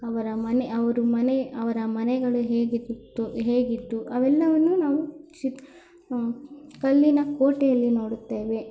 ಅವರ ಮನೆ ಅವ್ರ ಮನೆ ಅವರ ಮನೆಗಳು ಹೇಗೆ ಇತ್ತು ಹೇಗಿತ್ತು ಅವೆಲ್ಲವನ್ನೂ ನಾವು ಚಿತ್ ಕಲ್ಲಿನ ಕೋಟೆಯಲ್ಲಿ ನೋಡುತ್ತೇವೆ